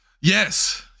Yes